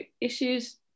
issues